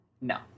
No